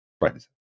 right